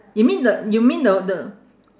you mean the you mean the the